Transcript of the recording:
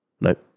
Nope